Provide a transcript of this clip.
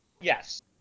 Yes